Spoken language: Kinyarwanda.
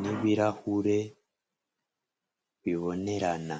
n'ibirahure bibonerana.